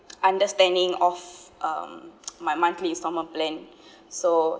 understanding of um my monthly installment plan so